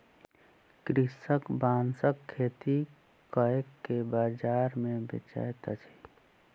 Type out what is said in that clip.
कृषक बांसक खेती कय के बाजार मे बेचैत अछि